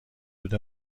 دود